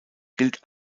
gilt